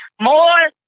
More